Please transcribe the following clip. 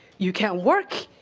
you can't work.